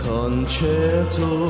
Concerto